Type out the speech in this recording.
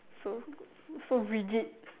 so good so rigid